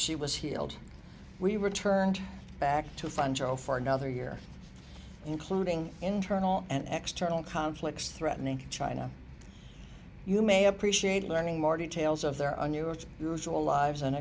she was healed we returned back to front row for another year including internal and external conflicts threatening china you may appreciate learning more details of their on your usual lives